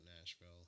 Nashville